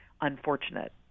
unfortunate